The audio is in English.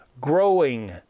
growing